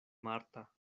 marta